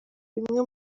bimwe